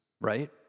right